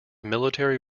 military